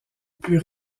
plus